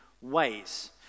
ways